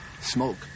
smoke